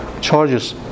charges